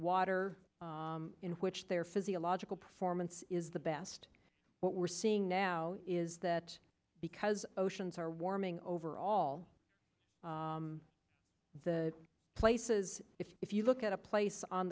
water in which they are physiological performance is the best what we're seeing now is that because oceans are warming over all the places if you look at a place on